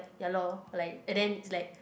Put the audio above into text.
yalor like and then is like